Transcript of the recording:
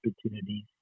opportunities